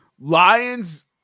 Lions